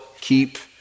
keep